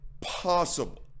possible